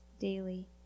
daily